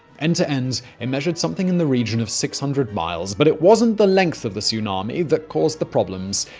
end to end, it measured something in the region of six hundred miles. but it wasn't the length of the tsunami that caused the problems,